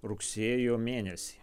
rugsėjo mėnesį